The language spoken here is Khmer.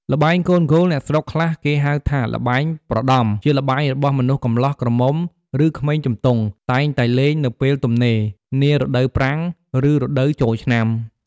ល្បែងកូនគោល អ្នកស្រុកខ្លះគេហៅ ល្បែងប្រដំ ជាល្បែងរបស់មនុស្សកម្លោះ ក្រមុំ ឬក្មេងជំទង់ តែងតែលេងនៅពេលទំនេរ នារដូវប្រាំង ឬរដូវចូលឆ្នាំ ។